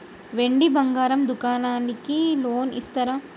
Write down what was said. వెండి బంగారం దుకాణానికి లోన్ ఇస్తారా?